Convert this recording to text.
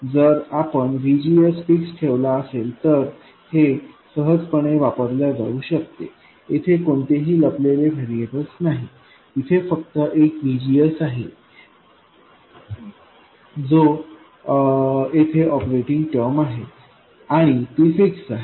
जर आपण VGS fix ठेवला असेल तर हे सहजपणे येथे वापरल्या जाऊ शकते येथे कोणतेही लपलेले व्हेरिएबल्स नाहीत इथे फक्त एक VGSआहे जी येथे ऑपरेटिंग पॉईंट टर्म आहे आणि ती फिक्स आहे